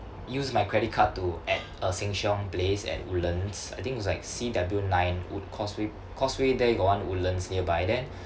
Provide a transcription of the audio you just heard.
use my credit card to at a Sheng Siong place at woodlands I think it was like C_W nine wood causeway causeway there got one woodlands nearby then